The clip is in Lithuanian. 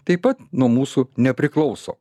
taip pat nuo mūsų nepriklauso